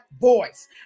voice